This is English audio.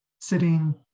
sitting